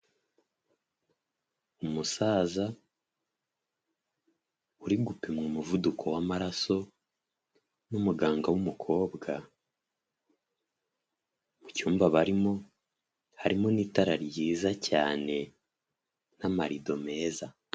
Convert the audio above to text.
Umusaza uri gupima umuvuduko w'amaraso n'umuganga w'umukobwa, mu cyumba barimo harimo n'itara ryiza cyane n'marido meza.